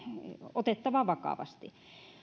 otettava vakavasti